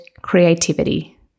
creativity